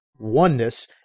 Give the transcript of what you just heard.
oneness